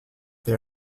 they